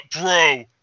bro